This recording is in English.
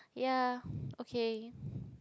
yeah okay